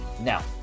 Now